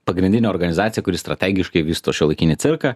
pagrindinė organizacija kuri strategiškai vysto šiuolaikinį cirką